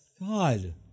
God